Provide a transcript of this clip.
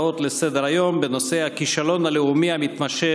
בנושא: הכישלון הלאומי המתמשך